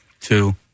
two